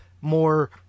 more